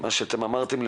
יש שם את הפניות שהעברתם,